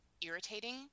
irritating